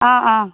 অঁ অঁ